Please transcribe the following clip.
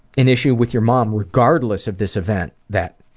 an issue with your mom, regardless of this event, that